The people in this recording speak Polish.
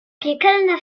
piekielne